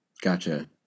Gotcha